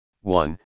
one